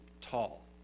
tall